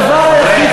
איפה הכסף שלך?